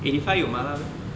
eighty five 有麻辣 meh